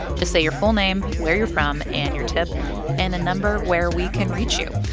just say your full name, where you're from and your tip and the number where we can reach you.